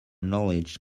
knowledge